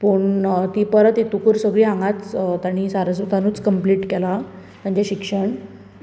पूण तीं परत येतकूर सगळीं हांगाच ताणी सारस्वतानूच कमप्लीट केलां तांचें शिक्षण